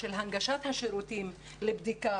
של הנגשת השירותים לבדיקה,